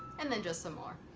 and then just some more.